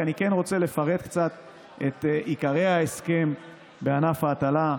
כי אני כן רוצה לפרט קצת את עיקרי ההסכם בענף ההטלה.